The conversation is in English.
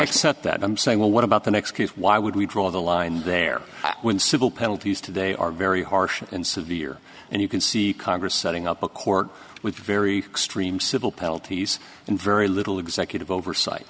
set that i'm saying well what about the next case why would we draw the line there when civil penalties today are very harsh and severe here and you can see congress setting up a court with very extreme civil penalties and very little executive oversight